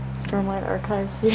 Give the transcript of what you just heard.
stormlight archives